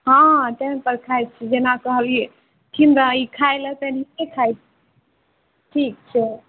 हँ टाइमपर खाइ छिए जेना कहलिए ई खाइलए तेनाहिए खाइ छी ठीक छै